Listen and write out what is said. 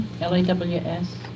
L-A-W-S